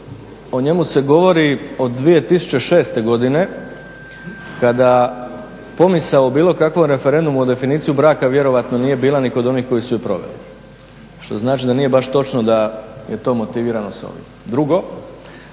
o njemu se govori od 2006. godine kada pomisao o bilo kakvom referendumu o definiciji braka vjerojatno nije bila ni kod onih koji su je proveli, što znači da nije baš točno da je to motivirano s ovim. Drugo,